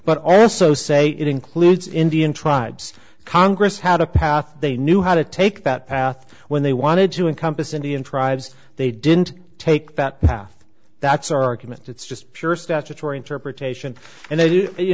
but also say it includes indian tribes congress had a path they knew how to take that path when they wanted to encompass indian tribes they didn't take that path that's argument it's just pure statutory interpretation and then you